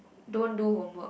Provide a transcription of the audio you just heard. don't do homework